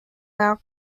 now